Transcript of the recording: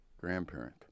grandparent